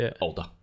older